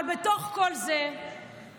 אבל בתוך כל זה,